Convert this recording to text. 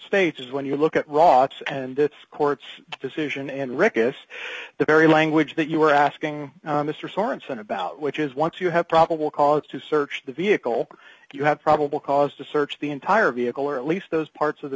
is when you look at ross and the court's decision and wreckage the very language that you were asking mr sorenson about which is once you have probable cause to search the vehicle you have probable cause to search the entire vehicle or at least those parts of the